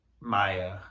Maya